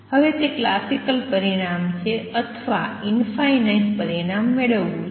હવે તે ક્લાસિકલ પરિણામ છે અથવા ઇંફાઇનાઇટ પરિણામ મેળવવું છે